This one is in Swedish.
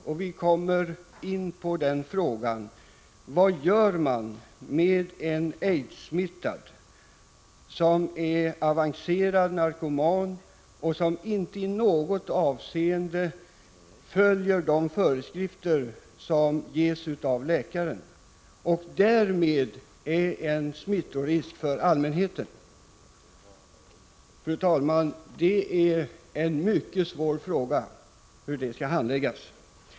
Det leder oss in på frågan: Vad gör man när det handlar om en aidssmittad som är avancerad narkoman, som inte i något avseende följer de föreskrifter som ges av läkaren och som därmed innebär en smittorisk för allmänheten? Hur sådana fall skall handläggas är, fru talman, en mycket svår fråga.